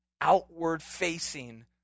outward-facing